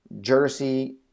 jersey